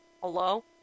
Hello